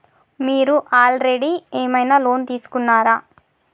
మీరు ఆల్రెడీ ఏమైనా లోన్ తీసుకున్నారా?